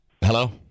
Hello